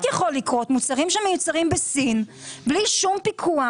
מוצרים שמיוצרים בסין בלי שום פיקוח